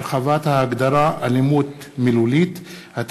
(הרחבת ההגדרה "אלימות מילולית"),